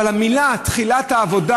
אבל המילה "תחילת העבודה"